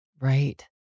Right